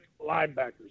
linebackers